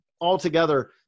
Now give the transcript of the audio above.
Altogether